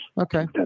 Okay